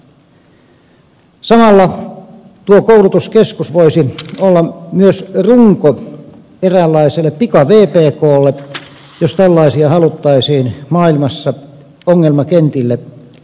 samalla tuo koulutuskeskus voisi olla myös runko eräänlaiselle pika vpklle jos tällaisia haluttaisiin maailmassa ongelmakentille lähettää